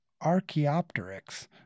Archaeopteryx